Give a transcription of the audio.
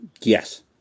Yes